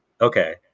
Okay